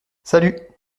salut